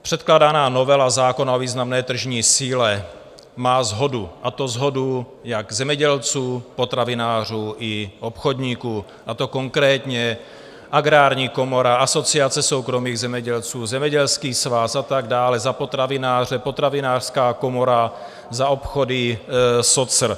Předkládaná novela zákona o významné tržní síle má shodu, a to shodu jak zemědělců, potravinářů i obchodníků, a to konkrétně Agrární komora, Asociace soukromých zemědělců, Zemědělský svaz a tak dále, za potravináře Potravinářská komora, za obchody SOCR.